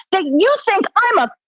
but you think i'm a.